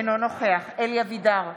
אינו נוכח אלי אבידר,